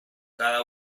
cada